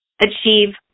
achieve